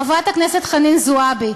חברת הכנסת חנין זועבי,